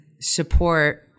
support